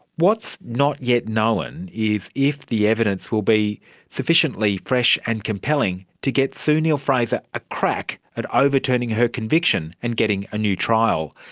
what's not yet known is if the evidence will be sufficiently fresh and compelling to get sue neill-fraser a crack at overturning her conviction and getting a new trial.